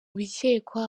bikekwa